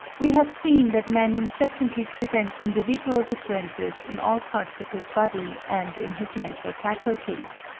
we have seen that man incessantly presents individual differences in all parts of his body and in his mental faculties.